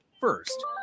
first